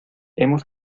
hemos